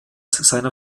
seiner